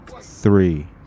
three